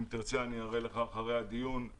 אם תרצה אראה לך לאחר הדיון,